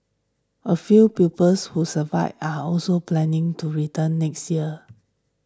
a few pupils who survived are also planning to return next year